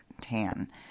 Tan